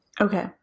Okay